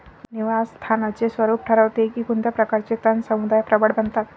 निवास स्थानाचे स्वरूप ठरवते की कोणत्या प्रकारचे तण समुदाय प्रबळ बनतात